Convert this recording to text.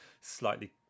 slightly